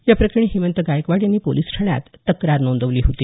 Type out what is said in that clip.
या प्रकरणी हेमंत गायकवाड यांनी पोलिस ठाण्यात तक्रार नोंदवली होती